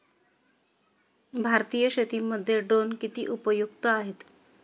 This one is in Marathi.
भारतीय शेतीमध्ये ड्रोन किती उपयुक्त आहेत?